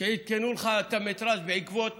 שעדכנו לך את המטראז' בעקבות